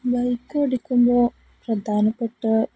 bike ഓടിക്കുമ്പോള് പ്രധാനപ്പെട്ട